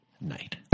night